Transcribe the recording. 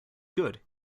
good